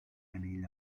anell